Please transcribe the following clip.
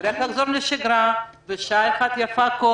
נצטרך לחזור לשגרה, ויפה שעה אחת קודם.